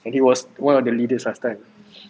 and he was one of the leaders last time